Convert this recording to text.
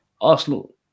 Arsenal